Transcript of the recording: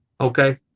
Okay